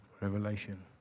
revelation